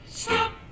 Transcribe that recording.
stop